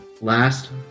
Last